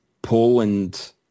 Poland